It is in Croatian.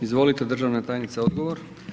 Izvolite državna tajnice, odgovor.